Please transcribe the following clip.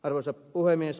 arvoisa puhemies